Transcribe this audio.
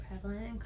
prevalent